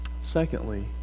Secondly